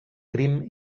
crim